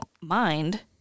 mind